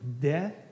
death